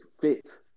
fit